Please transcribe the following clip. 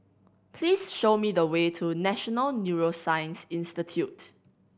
please show me the way to National Neuroscience Institute